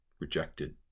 rejected